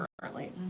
currently